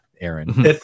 Aaron